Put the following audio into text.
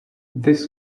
this